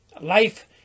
Life